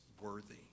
worthy